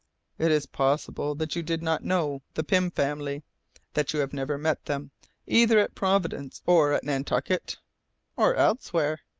it is possible that you did not know the pym family that you have never met them either at providence or at nantucket or elsewhere.